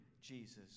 Jesus